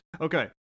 Okay